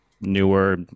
newer